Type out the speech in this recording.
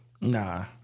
Nah